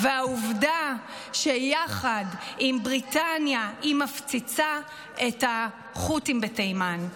והעובדה שיחד עם בריטניה היא מפציצה את החות'ים בתימן.